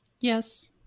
Yes